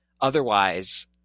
Otherwise